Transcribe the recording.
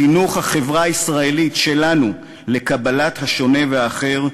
לחינוך החברה הישראלית שלנו לקבלת השונה והאחר,